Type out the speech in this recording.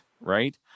right